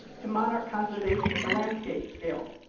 to monarch conservation at the landscape scale.